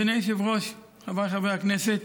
אדוני היושב-ראש, חבריי חברי הכנסת,